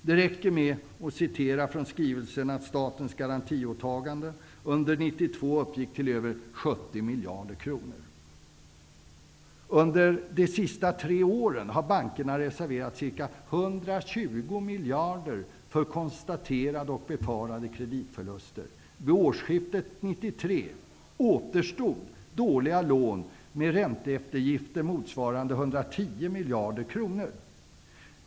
Det räcker med att läsa från skrivelsen: Statens garantiåtagande under 1992 uppgick till över 70 Under de senaste tre åren har bankerna reserverat ca 120 miljarder för konstaterade och befarade kreditförluster. Vid årsskiftet 1992/93 återstod dåliga lån med ränteeftergifter motsvarande 110 miljarder kronor.